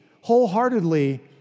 wholeheartedly